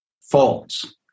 False